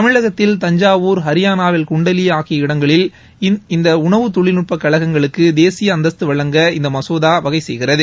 தமிழகத்தில் தஞ்சாவூர் ஹரியானாவில் குண்டலி ஆகிய இடங்களில் இந்த உணவுத் தொழில்நுட்பக் கழகங்களுக்கு தேசிய அந்தஸ்து வழங்க இந்த மசோதா வகை செய்கிறது